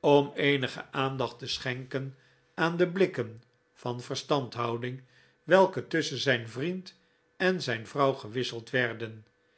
om eenige aandacht te schenken aan de blikken van verstandhouding welke tusschen zijn vriend en zijn vrouw gewisseld werden